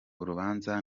urubanza